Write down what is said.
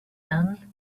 son